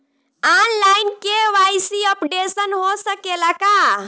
आन line KYC updation हो सकेला का?